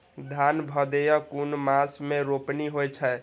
धान भदेय कुन मास में रोपनी होय छै?